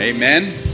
amen